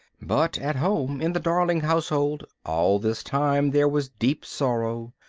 but at home in the darling household all this time there was deep sorrow.